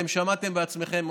אתם שמעתם בעצמכם,